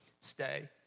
Stay